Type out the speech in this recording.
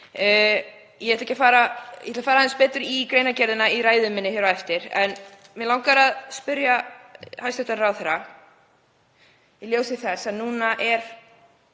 Ég ætla að fara aðeins betur í greinargerðina í ræðu minni hér á eftir en mig langar að spyrja hæstv. ráðherra í ljósi þess að núna er